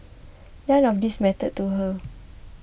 none of these mattered to her